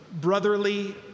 brotherly